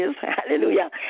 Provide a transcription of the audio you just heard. Hallelujah